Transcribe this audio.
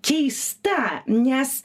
keista nes